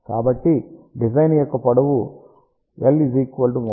కాబట్టి డిజైన్ యొక్క పొడవు l 31